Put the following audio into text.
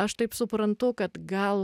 aš taip suprantu kad gal